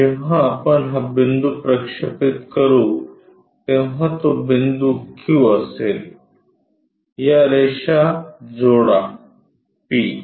जेव्हा आपण हा बिंदू प्रक्षेपित करू तेव्हा तो बिंदू q असेल या रेषा जोडा p